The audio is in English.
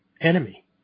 enemy